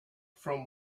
from